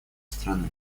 страны